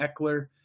Eckler